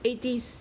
eighties